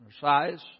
size